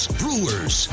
brewers